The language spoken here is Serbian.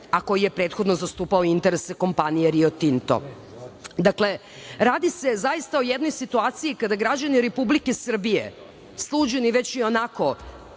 a koji je prethodno zastupao interese kompanije "Rio Tinto"?Radi se zaista o jednoj situaciji kada građani Republike Srbije, sluđeni već ionako